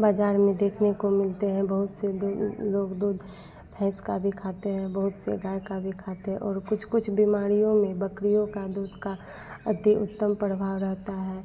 बाज़ार में देखने को मिलते हैं बहुत से लोग दूध भैंस का भी खाते हैं बहुत से गाय का भी खाते हैं और कुछ कुछ बिमारियों में बकरियों का दूध का अति उत्तम प्रभाव रहता है